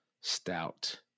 stout